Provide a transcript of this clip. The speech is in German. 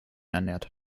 ernährt